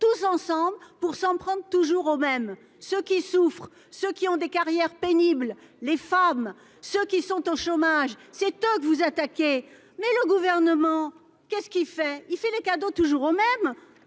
tous ensemble pour s'en prend toujours aux mêmes ceux qui souffrent, ceux qui ont des carrières pénibles, les femmes ceux qui sont au chômage c'est toc vous attaquer. Mais le gouvernement, qu'est-ce qu'il fait il fait les cadeaux toujours au même